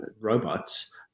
robots